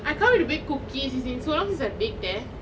I can't wait to bake cookies it's been so long since I baked eh